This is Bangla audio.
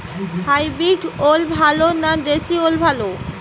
হাইব্রিড ওল ভালো না দেশী ওল ভাল?